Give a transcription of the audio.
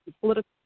political